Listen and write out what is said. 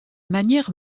manière